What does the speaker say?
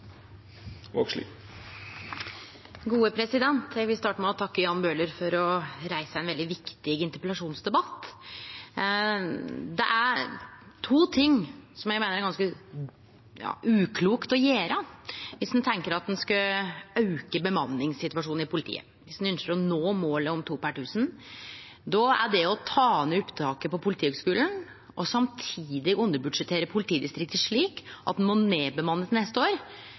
Eg vil starte med å takke representanten Jan Bøhler for å reise ein veldig viktig interpellasjonsdebatt. Det er to ting eg meiner det er ganske uklokt å gjere viss ein tenkjer å betre bemanningssituasjonen i politiet. Viss ein ynskjer å nå målet om to politifolk per 1 000 innbyggjarar, er det å ta ned opptaket på Politihøgskolen og samtidig underbudsjettere politidistrikta slik at ein må nedbemanne til neste år,